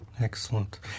Excellent